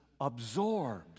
absorbs